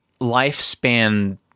lifespan